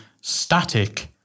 static